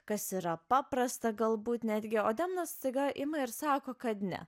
kas yra paprasta galbūt netgi o demna staiga ima ir sako kad ne